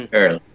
Earl